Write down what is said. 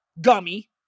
gummy